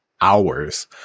hours